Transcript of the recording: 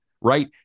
right